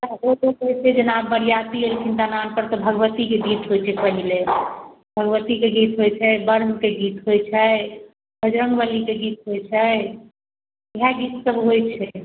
ओ तऽ कहै छै जेना बरिआती एलखिन तेना ओकर तऽ भगवतीके गीत होइ छै पहिले भगवतीके गीत होइ छै ब्रह्मके गीत होइ छै बजरङ्गबलीके गीत होइ छै इएह गीतसब होइ छै